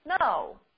No